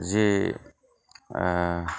जे